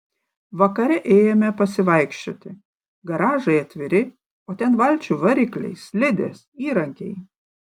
vakare ėjome pasivaikščioti garažai atviri o ten valčių varikliai slidės įrankiai